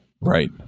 Right